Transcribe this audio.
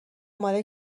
مال